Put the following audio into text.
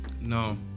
No